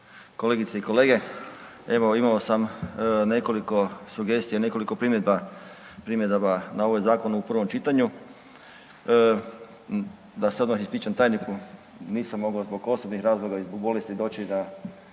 kolegice i kolege. Evo imao sam nekoliko sugestija nekoliko primjedaba na ovaj zakon u prvom čitanju. Da se odmah ispričam tajniku, nisam mogao zbog osobnih razloga i zbog bolesti doći na